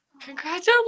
Congratulations